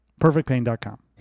Perfectpain.com